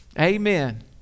Amen